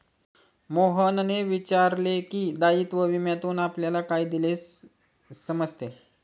मोहनने विचारले की, दायित्व विम्यातून आपल्याला काय समजते?